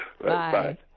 bye